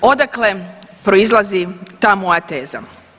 Odakle proizlazi ta moja teza?